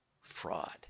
fraud